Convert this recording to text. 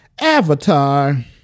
avatar